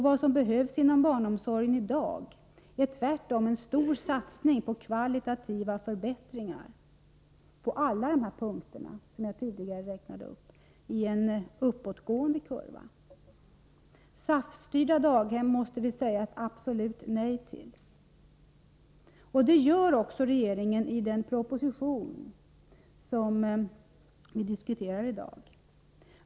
Vad som behövs inom barnomsorgen i dag är tvärtom en stor satsning på kvalitativa förbättringar på alla de punkter som jag tidigare räknade upp. Det behövs en uppåtgående kurva. SAF-styrda daghem måste vi säga ett absolut nej till. Det gör också regeringen i den proposition som vi diskuterar i dag.